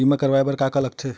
बीमा करवाय बर का का लगथे?